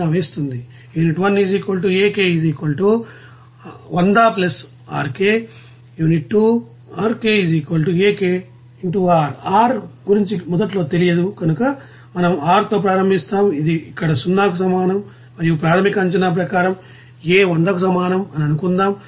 R గురించి మొదట్లో తెలియదు కనుక మనం R తో ప్రారంభిస్తాము ఇది ఇక్కడ 0 కి సమానం మరియు ప్రాథమిక అంచనాప్రకారం A 100కు సమానం అని అనుకుందాం